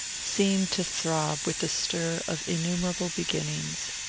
seemed to throb with the stir of innumerable beginnings.